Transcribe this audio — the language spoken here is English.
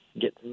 get